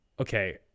Okay